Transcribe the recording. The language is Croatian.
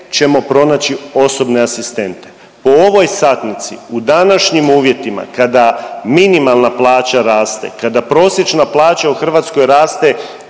ćemo pronaći osobne asistente. Po ovoj satnici u današnjim uvjetima kada minimalna plaća raste, kada prosječna plaća u Hrvatskoj raste